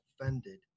offended